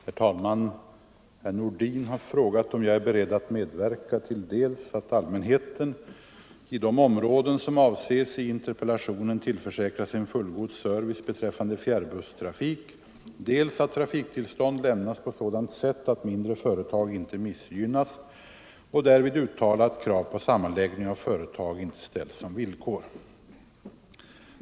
Herr talman! Herr Nordin har frågat om jag är beredd att medverka till dels att allmänheten i de områden som avses i interpellationen tillförsäkras en fullgod service beträffande fjärrbusstrafik, dels att trafik 15 tillstånd lämnas på sådant sätt att mindre företag inte missgynnas och därvid uttala att krav på sammanläggning av företag inte ställs som villkor.